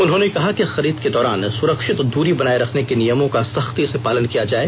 उन्होंने कहा कि खरीद के दौरान सुरक्षित दूरी बनाए रखने के नियमों का सख्ती से पालन किया जाए